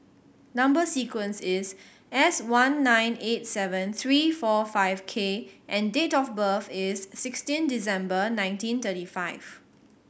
number sequence is S one nine eight seven three four five K and date of birth is sixteen December nineteen thirty five